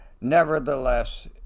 nevertheless